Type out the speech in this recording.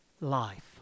life